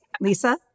Lisa